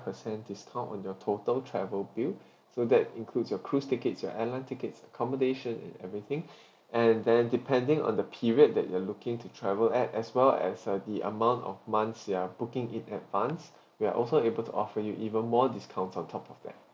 percent discount on your total travel bill so that includes your cruise tickets your airline tickets accommodation and everything and then depending on the period that you are looking to travel at as well as uh the amount of months you are booking in advance we are also able to offer you even more discounts on top of that